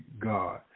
God